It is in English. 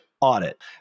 audit